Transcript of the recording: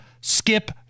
Skip